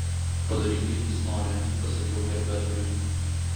padaryk kaip jis nori pasakiau herbertui